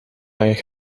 mijn